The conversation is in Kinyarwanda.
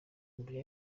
imbere